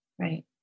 Right